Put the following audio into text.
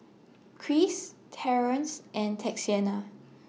Cris Terrance and Texanna